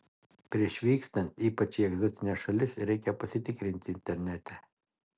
prieš vykstant ypač į egzotines šalis reikia pasitikrinti internete